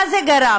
למה זה גרם?